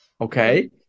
okay